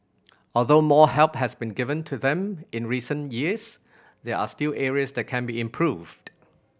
although more help has been given to them in recent years there are still areas that can be improved